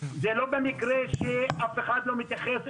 זה לא במקרה שאף אחד לא מתייחס,